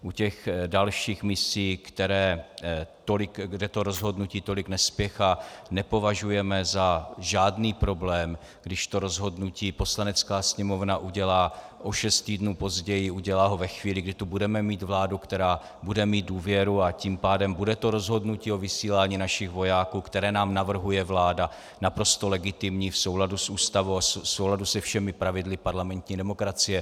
U těch dalších misí, kde to rozhodnutí tolik nespěchá, nepovažujeme za žádný problém, když to rozhodnutí Poslanecká sněmovna udělá o šest týdnů později, udělá ho ve chvíli, kdy tu budeme mít vládu, která bude mít důvěru, a tím pádem bude to rozhodnutí o vysílání našich vojáků, které nám navrhuje vláda, naprosto legitimní, v souladu s Ústavou a v souladu se všemi pravidly parlamentní demokracie.